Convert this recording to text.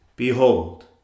Behold